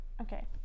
Okay